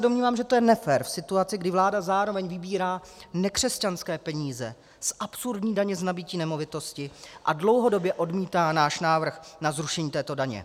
Domnívám se, že je to nefér v situaci, kdy vláda zároveň vybírá nekřesťanské peníze z absurdní daně z nabytí nemovitosti a dlouhodobě odmítá náš návrh na zrušení této daně.